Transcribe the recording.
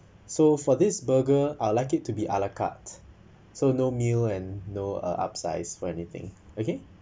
so for this burger I would like it to be a la carte so no meal and no uh upsize for anything okay